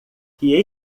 que